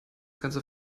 ganze